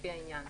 לפי העניין,